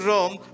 Rome